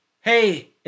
Hey